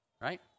Right